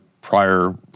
prior